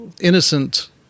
innocent